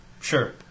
Sure